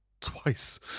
twice